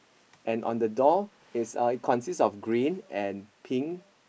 and on the door is uh it consist of green and pink